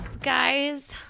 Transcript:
guys